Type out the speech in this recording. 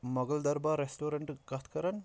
مۄغل دربار ریسٹورنٹہٕ کَتھ کَران